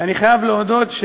ואני חייב להודות,